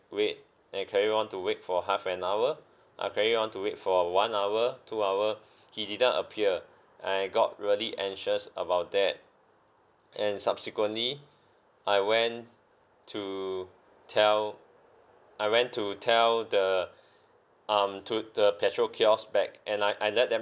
wait and carry on to wait for half an hour I carry on to wait for one hour two hour he didn't appear I got really anxious about that and subsequently I went to tell I went to tell the um to the petrol kiosk back and I I let them